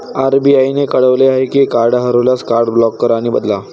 RBI ने कळवले आहे की कार्ड हरवल्यास, कार्ड ब्लॉक करा आणि बदला